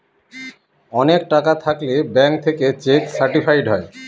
অনেক টাকা থাকলে ব্যাঙ্ক থেকে চেক সার্টিফাইড হয়